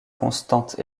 constantes